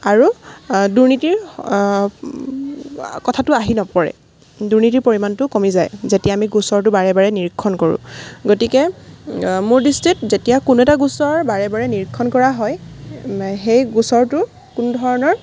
আৰু দূৰ্নীতিৰ কথাটো আহি নপৰে দূৰ্নীতিৰ পৰিমাণটো কমি যায় যেতিয়া আমি গোচৰটো বাৰে বাৰে নিৰীক্ষণ কৰোঁ গতিকে মোৰ দৃষ্টিত কোনো এটা গোচৰ বাৰে বাৰে নিৰীক্ষণ কৰা হয় সেই গোচৰটো কোনোধৰণৰ